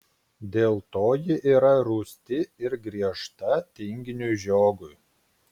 dėl to ji yra rūsti ir griežta tinginiui žiogui